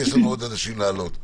כי יש לנו עוד כמה אנשים להעלות בזום.